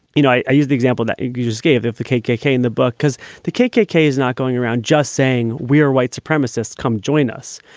you know, i i used the example that you just gave if the kkk in the book, because the kkk is not going around just saying we're white supremacists, come join us.